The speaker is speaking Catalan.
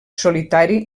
solitari